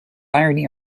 irony